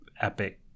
epic